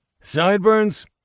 Sideburns